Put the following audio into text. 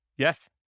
Yes